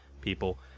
people